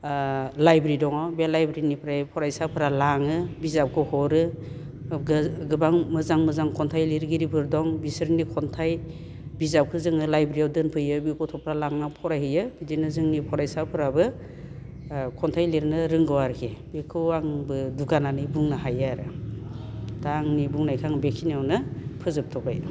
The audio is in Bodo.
ओ लाइब्रि दङ बे लाइब्रिनिफ्राय फरायसाफोरा लाङो बिजाबखौ हरो गोबां मोजां मोजां खन्थाइ लिरगिरिफोर दं बिसोरनि खन्थाइ बिजाबखौ जोङो लाइब्रियाव दोनफैयो बे गथ'फ्रा लांना फरायहैयो बिदिनो जोंनि फरायसाफोराबो ओ खन्थाइ लिरनो रोंगौ आरोखि बेखौ आंबो दुगानानै बुंनो हायो आरो दा आंनि बुंनायखो आङो बेखिनियावनो फोजोबथ'बाय